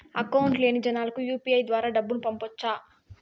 Account లేని జనాలకు UPI ద్వారా డబ్బును పంపొచ్చా?